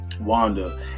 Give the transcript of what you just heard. wanda